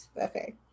okay